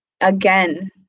again